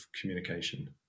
communication